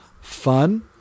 fun